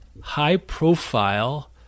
high-profile